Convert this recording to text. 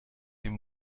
dem